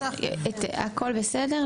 הכול בסדר,